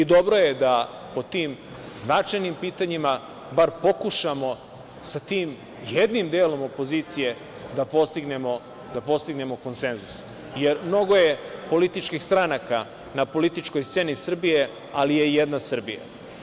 Dobro je da o tim značajnim pitanjima bar pokušamo sa tim jednim delom opozicije da postignemo konsenzus, jer mnogo je političkih stranaka na političkoj sceni Srbije, ali je jedna Srbija.